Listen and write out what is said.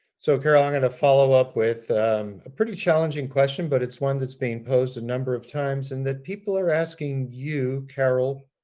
so carol, i'm going to follow up with a pretty challenging question, but it's one that's been posed a number of times. and people are asking you, carol,